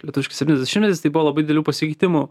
lietuviškai septintas dešimtmetis tai buvo labai didelių pasikeitimų